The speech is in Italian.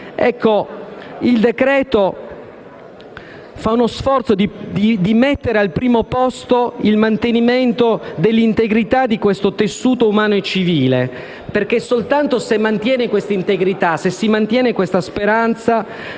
nostro esame si sforza di mettere al primo posto il mantenimento dell'integrità di questo tessuto umano e civile perché soltanto se si mantiene tale integrità, se si mantiene questa speranza,